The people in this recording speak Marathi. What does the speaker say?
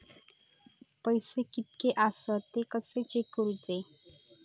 पैसे कीतके आसत ते कशे चेक करूचे?